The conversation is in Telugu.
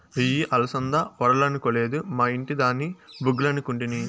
ఇయ్యి అలసంద వడలనుకొలేదు, మా ఇంటి దాని బుగ్గలనుకుంటిని